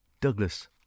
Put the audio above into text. Douglas